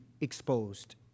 exposed